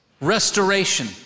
restoration